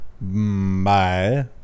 bye